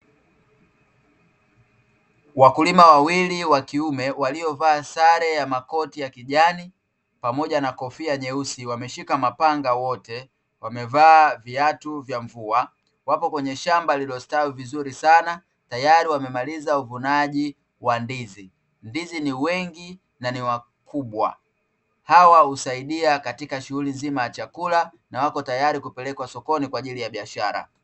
Wakulima wawili wakiume waliovaa sare ya makoti ya kijani, pamoja na kofia nyeusi, wameshika mapanga wote, wamevaa viatu vya mvua, wapo kwenye shamba lililostawi vizuri sana, tayari wamemaliza uvunaji wa ndizi. Ndizi ni nyingi na nikubwa, hizi husaidia katika shughuli nzima ya chakula, na ziko tayari kupelekwa sokoni kwa ajili ya biashara.